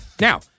Now